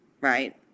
Right